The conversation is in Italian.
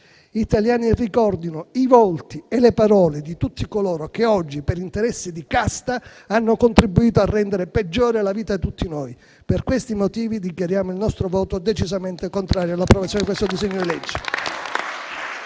gli italiani ricordino i volti e le parole di tutti coloro che, oggi, per interessi di casta, hanno contribuito a rendere peggiore la vita di tutti noi. Per questi motivi dichiariamo il nostro voto decisamente contrario all'approvazione di questo disegno di legge.